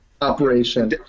operation